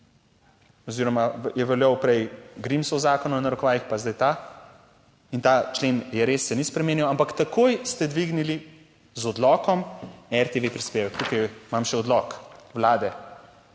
oziroma je veljal prej "Grimsov zakon", v narekovajih, pa zdaj ta in ta člen je, res, se ni spremenil, ampak takoj ste dvignili z odlokom o RTV prispevek. Tukaj imam še odlok Vlade,